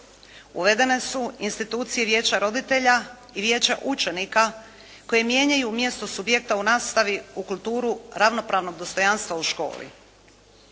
Uvedene su institucije Vijeća roditelja i Vijeća učenika, koji mijenjaju mjesto subjekata u nastavi u kulturu ravnopravno dostojanstva u školi.